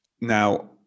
Now